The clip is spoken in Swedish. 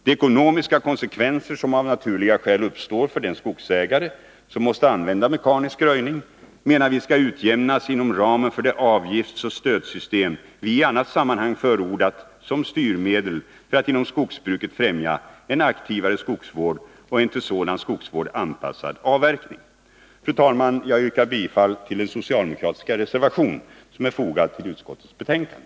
De ekonomiska konsekvenser som av naturliga skäl uppstår för den skogsägare som måste använda mekanisk röjning menar vi skall utjämnas inom ramen för det avgiftsoch stödsystem som vi i annat sammanhang har förordat som styrmedel för att inom skogsbruket främja en aktivare skogsvård och en till sådan skogsvård anpassad avverkning. Fru talman! Jag yrkar bifall till den socialdemokratiska reservation som är fogad vid utskottets betänkande.